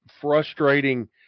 frustrating